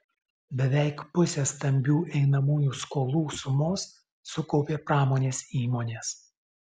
beveik pusę stambių einamųjų skolų sumos sukaupė pramonės įmonės